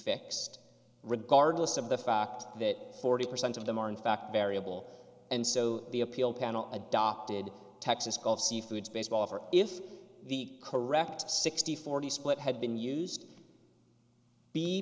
fixed regardless of the fact that forty percent of them are in fact variable and so the appeal panel adopted texas gulf seafood to baseball for if the correct sixty forty split had been used b